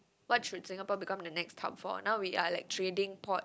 what should Singapore become the next hub for now we are like trading port